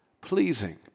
pleasing